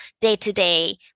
day-to-day